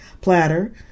platter